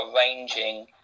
arranging